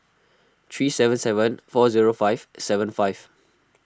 three seven seven four zero five seven five